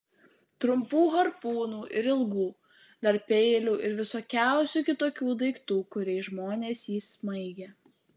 trumpų harpūnų ir ilgų dar peilių ir visokiausių kitokių daiktų kuriais žmonės jį smaigė